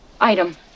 item